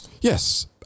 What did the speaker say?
Yes